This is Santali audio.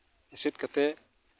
ᱮᱥᱮᱫ ᱠᱟᱛᱮ